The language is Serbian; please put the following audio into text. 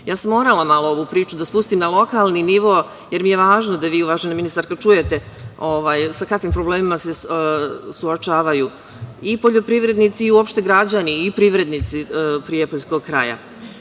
sam morala malo ovu priču da spustim na lokalni nivo, jer mi je važno da vi, uvažena ministarko čujete, sa kakvim problemima se suočavaju i poljoprivrednici i građani i privrednici Prijepoljskog